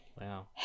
Wow